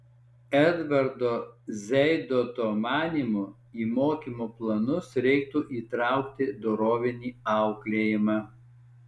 edvardo zeidoto manymu į mokymo planus reiktų įtraukti dorovinį auklėjimą